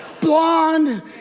blonde